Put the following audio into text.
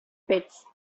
pits